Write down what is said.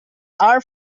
are